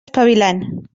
espavilant